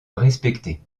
respectée